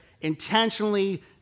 intentionally